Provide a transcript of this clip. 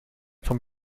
vom